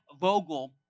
Vogel